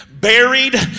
Buried